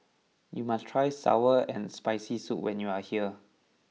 you must try Sour and Spicy Soup when you are here